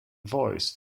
voice